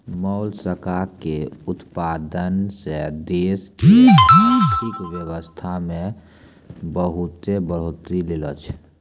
मोलसका के उतपादन सें देश के आरथिक बेवसथा में बहुत्ते बढ़ोतरी ऐलोॅ छै